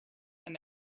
and